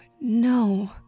no